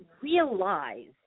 realize